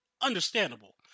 understandable